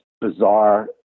bizarre